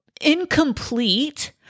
incomplete